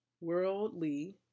Worldly